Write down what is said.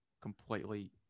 completely